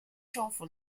政府